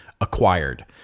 acquired